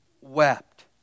wept